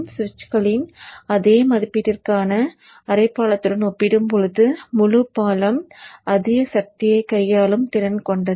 சுவிட்சுகளின் அதே மதிப்பீட்டிற்கான அரை பாலத்துடன் ஒப்பிடும்போது முழு பாலம் அதிக சக்தியைக் கையாளும் திறன் கொண்டது